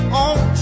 on